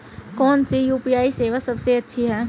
कौन सी यू.पी.आई सेवा सबसे अच्छी है?